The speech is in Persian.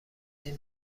این